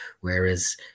whereas